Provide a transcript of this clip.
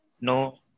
No